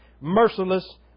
merciless